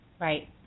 Right